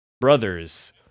Brothers